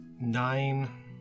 nine